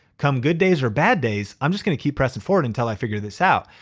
come good days or bad days, i'm just gonna keep pressing forward until i figure this out.